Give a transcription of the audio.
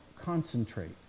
concentrate